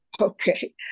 Okay